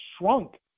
shrunk